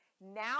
Now